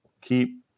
keep